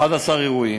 11 אירועים.